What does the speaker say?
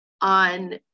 on